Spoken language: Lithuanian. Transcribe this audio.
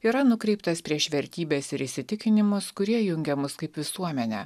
yra nukreiptas prieš vertybes ir įsitikinimus kurie jungia mus kaip visuomenę